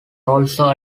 also